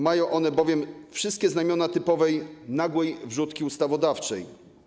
Mają one bowiem wszystkie znamiona typowej, nagłej wrzutki ustawodawczej.